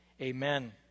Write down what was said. Amen